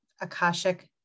Akashic